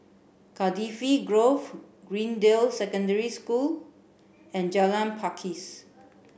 Cardifi Grove Greendale Secondary School and Jalan Pakis